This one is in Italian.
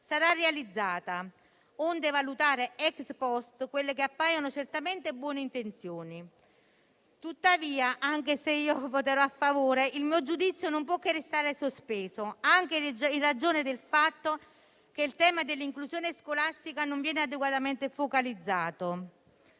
sarà realizzata, onde valutare *ex post* quelle che appaiono certamente buone intenzioni. Tuttavia, anche se voterò a favore, il mio giudizio non può che restare sospeso, anche in ragione del fatto che il tema dell'inclusione scolastica non viene adeguatamente focalizzato.